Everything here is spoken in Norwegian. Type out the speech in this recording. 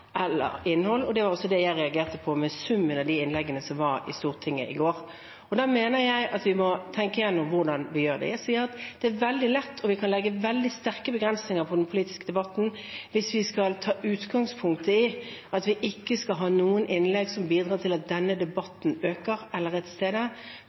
eller innhold – og det var også det jeg reagerte på i summen av de innleggene som var i Stortinget i går. Jeg mener at vi må tenke igjennom hvordan vi gjør det. Jeg sier at det er veldig lett og vi kan legge veldig sterke begrensninger på den politiske debatten hvis vi skal ta utgangspunkt i at vi ikke skal ha noen innlegg som bidrar til at denne